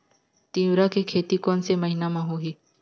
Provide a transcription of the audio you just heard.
तीवरा के खेती कोन से महिना म होही?